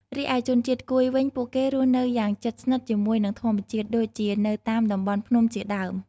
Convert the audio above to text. រីឯជនជាតិកួយវិញ ពួកគេរស់នៅយ៉ាងជិតស្និទ្ធជាមួយនឹងធម្មជាតិ ដូចជានៅតាមតំបន់ភ្នំជាដើម។